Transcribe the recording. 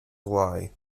lie